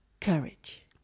courage